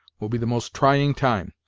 will be the most trying time,